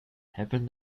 happen